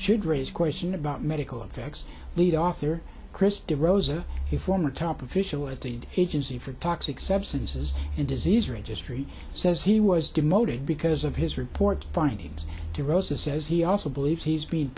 should raise questions about medical effects lead author christie rosa if former top official at the agency for toxic substances and disease registry says he was demoted because of his report findings to rosa says he also believes he's be